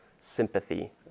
sympathy